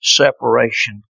separation